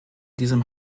diesem